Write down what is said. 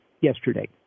yesterday